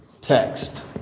text